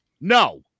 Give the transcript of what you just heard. No